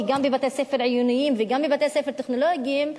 גם בבתי-הספר העיוניים וגם בבתי-הספר הטכנולוגיים,